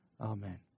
Amen